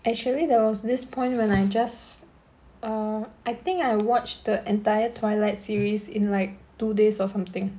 actually there was this point when I just uh I think I watched the entire twilight series in like two days or something